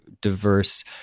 diverse